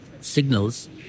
signals